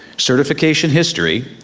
certification history,